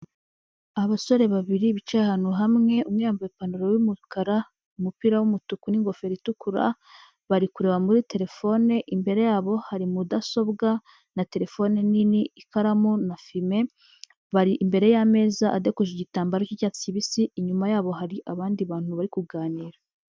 Abasore babiri bicaye ahantu hamwe, umwe yambaye ipantaro y'umukara umupira w'umutuku n'ingofero itukura, bari kureba muri telefone, imbere yabo hari mudasobwa na terefone nini, ikaramu na fime, bari imbere y'ameza adekoje igitambaro cy'icyatsi kibisi, inyuma yabo hari abandi bantu bari kuganira.